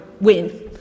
win